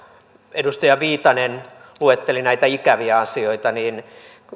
edustaja viitanen luetteli näitä ikäviä asioita niin